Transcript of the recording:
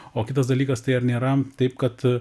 o kitas dalykas tai ar nėra taip kad